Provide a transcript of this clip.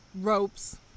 ropes